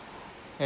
and